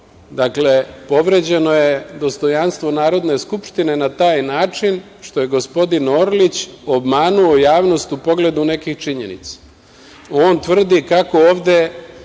povređeno je dostojanstvo Narodne skupštine na taj način što je gospodin Orlić obmanuo javnost u pogledu nekih činjenica. On tvrdi kako ovde